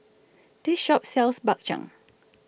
This Shop sells Bak Chang